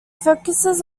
focuses